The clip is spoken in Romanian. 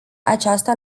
aceasta